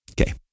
Okay